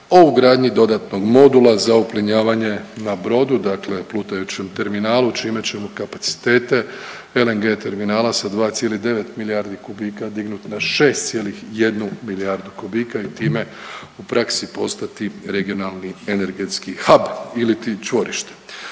o ugradnji dodatnog modula za uplinavanje na brodu dakle plutajućem terminalu čime ćemo kapacitete LNG terminala sa 2,9 milijardi kubika dignut na 6,1 milijardu kubika i time u praksi postati regionalni energetski …/Govornik